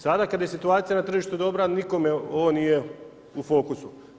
Sada kad je situacija na tržištu dobra, nikome ovo nije u fokusu.